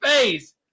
face